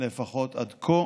לפחות עד כה